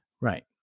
Right